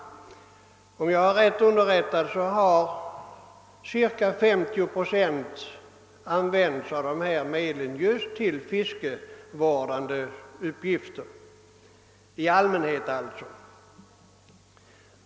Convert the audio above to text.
Om jag är riktigt underrättad har i allmänhet cirka 50 procent av ifrågavarande medel använts för fiskevårdande uppgifter.